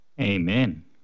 Amen